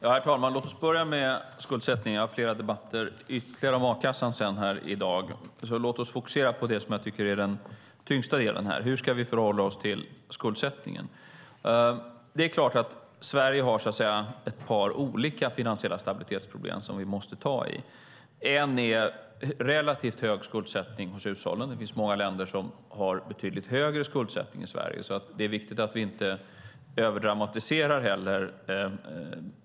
Herr talman! Låt oss börja med frågan om skuldsättningen. Jag ska senare i dag ha ytterligare debatter om a-kassan. Låt oss därför fokusera på den tyngsta delen, nämligen hur vi ska förhålla oss till skuldsättningen. Sverige har ett par olika finansiella stabilitetsproblem som vi måste ta i. Ett problem är relativt hög skuldsättning hos hushållen. Det finns många länder som har betydligt högre skuldsättning än Sverige. Det är viktigt att vi inte överdramatiserar bilden.